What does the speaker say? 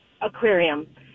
aquarium